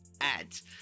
ads